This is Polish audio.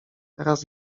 teraz